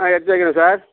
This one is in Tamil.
ஆ எடுத்து வைக்கிறேன் சார்